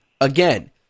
again